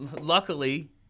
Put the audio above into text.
luckily